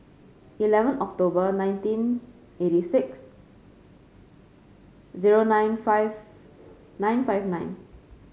eleven October nineteen eighty six zero nine five nine five nine